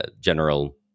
General